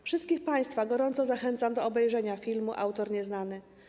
Wszystkich państwa gorąco zachęcam do obejrzenia filmu „Autor nieznany”